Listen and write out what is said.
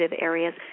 areas